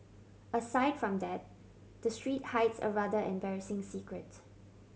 aside from that the street hides a rather embarrassing secret